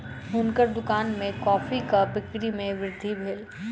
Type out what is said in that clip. हुनकर दुकान में कॉफ़ीक बिक्री में वृद्धि भेल